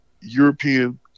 European